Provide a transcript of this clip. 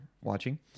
watching